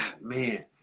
man